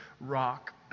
rock